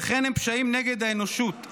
וכן הם פשעים נגד האנושות,